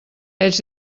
ells